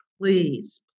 Please